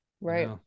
right